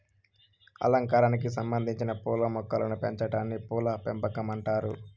అలంకారానికి సంబందించిన పూల మొక్కలను పెంచాటాన్ని పూల పెంపకం అంటారు